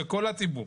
לכל הציבור.